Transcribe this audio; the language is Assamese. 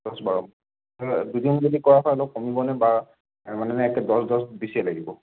দহ বাৰ দুদিন যদি কৰা হয় অলপ কমিবনে বা নে মানে একে দহ দহ বিশেই লাগিব